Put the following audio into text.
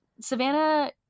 Savannah